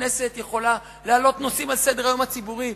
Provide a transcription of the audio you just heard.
הכנסת יכולה להעלות נושאים על סדר-היום הציבורי,